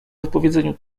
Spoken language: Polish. wypowiedzeniu